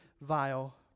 vile